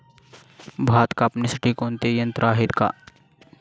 भात कापणीसाठी कोणते यंत्र आहेत का?